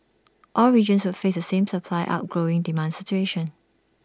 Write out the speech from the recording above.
all regions would face the same supply outgrowing demand situation